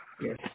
Yes